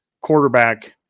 quarterback –